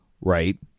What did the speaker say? right